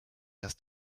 dass